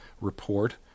report